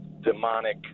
demonic